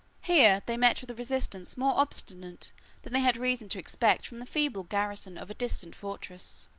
here they met with a resistance more obstinate than they had reason to expect from the feeble garrison of a distant fortress.